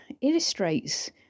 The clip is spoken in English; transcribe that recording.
illustrates